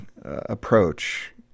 approach